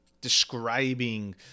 describing